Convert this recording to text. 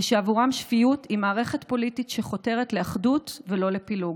ושעבורם שפיות היא מערכת פוליטית שחותרת לאחדות ולא לפילוג,